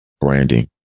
branding